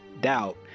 doubt